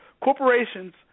Corporations –